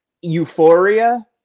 euphoria